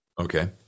Okay